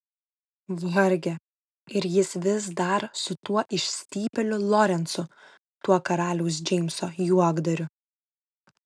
varge ir jis vis dar su tuo išstypėliu lorencu tuo karaliaus džeimso juokdariu